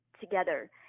together